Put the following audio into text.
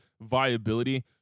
viability